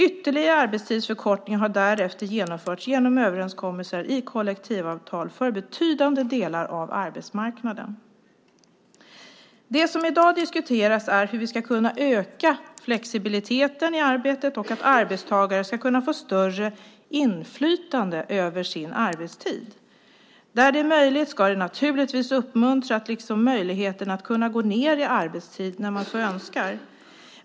Ytterligare arbetstidsförkortning har därefter genomförts genom överenskommelser i kollektivavtal för betydande delar av arbetsmarknaden. Det som i dag diskuteras är hur vi ska kunna öka flexibiliteten i arbetet och att arbetstagare ska kunna få större inflytande över sin arbetstid. Där det är möjligt ska det naturligtvis uppmuntras, liksom möjligheten att gå ned i arbetstid när man så önskar.